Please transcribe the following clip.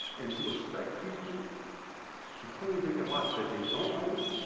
and to expect people to clean vacant lots that they don't own?